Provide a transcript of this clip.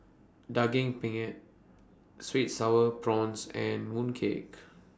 Daging Penyet Sweet Sour Prawns and Mooncake